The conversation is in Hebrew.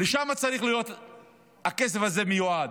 לשם צריך להיות הכסף הזה מיועד,